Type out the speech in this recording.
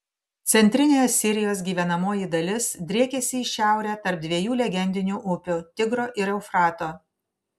centrinė asirijos gyvenamoji dalis driekėsi į šiaurę tarp dviejų legendinių upių tigro ir eufrato